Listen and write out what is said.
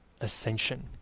ascension